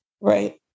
right